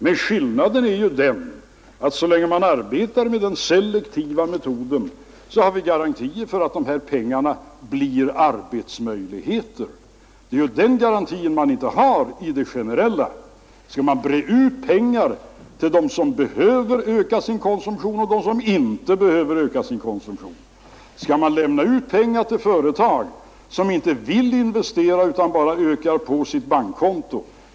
Men skillnaden är att så länge man arbetar med den selektiva metoden har man garantier för att pengarna går till arbetsmöjligheter. Det är den garantin man inte har om man vidtar generella åtgärder. Skall man bre ut pengar till dem som behöver öka sin konsumtion och till dem som inte behöver öka sin konsumtion, skall man lämna ut pengar till företag som inte vill investera utan bara ökar på sitt bankkonto?